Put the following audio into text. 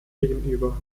gegenüber